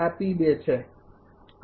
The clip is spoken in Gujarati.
આ છે હવે